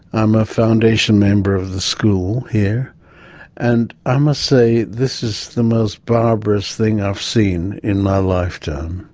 i'm a foundation member of the school here and i must say this is the most barbarous thing i've seen in my lifetime.